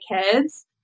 kids